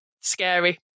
scary